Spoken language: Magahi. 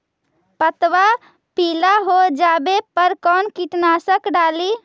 पतबा पिला हो जाबे पर कौन कीटनाशक डाली?